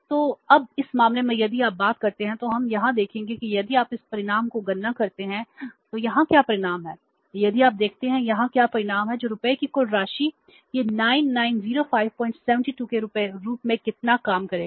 तो अब इस मामले में यदि आप बात करते हैं तो हम यहां देखेंगे कि यदि आप इस परिणाम की गणना करते हैं तो यहां क्या परिणाम है यदि आप देखते हैं कि यहां क्या परिणाम है जो रुपये की कुल राशि है यह 990572 के रूप में कितना काम करेगा